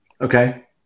Okay